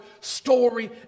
story